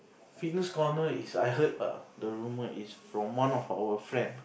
fitness corner is I heard err the rumor is from one of our friend